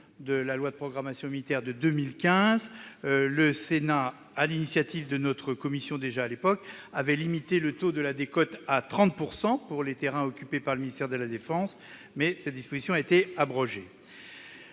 de la loi de programmation militaire de 2015, le Sénat, sur l'initiative de notre commission, avait déjà limité le taux de la décote à 30 % pour les terrains occupés par le ministère de la défense, mais cette disposition a été abrogée.